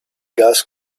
gas